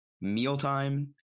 mealtime